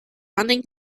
running